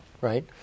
Right